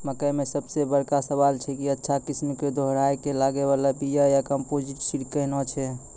मकई मे सबसे बड़का सवाल छैय कि अच्छा किस्म के दोहराय के लागे वाला बिया या कम्पोजिट सीड कैहनो छैय?